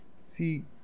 See